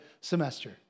semester